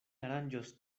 aranĝos